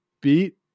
beat